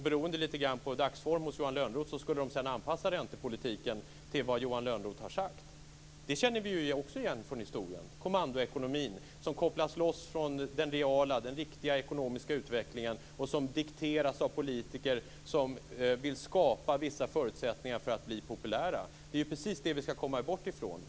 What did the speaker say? Beroende på dagsformen hos Johan Lönnroth skulle de sedan anpassa räntepolitiken till vad Johan Lönnroth har sagt. Det känner vi också igen från historien. Det är kommandoekonomin, som kopplas loss från den reala - den riktiga - ekonomiska utvecklingen och som dikteras av politiker som vill skapa vissa förutsättningar för att bli populära. Det är precis det vi skall komma bort ifrån.